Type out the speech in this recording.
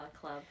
club